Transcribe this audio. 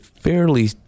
fairly